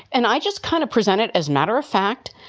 and i just kind of presented as matter of fact,